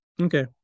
Okay